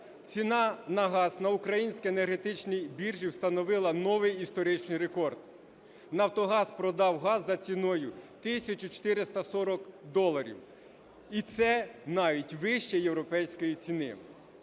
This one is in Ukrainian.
ціна на газ на Українській енергетичній біржі встановила новий історичний рекорд – Нафтогаз продав газ за ціною 1440 доларів. І це навіть вище європейської ціни.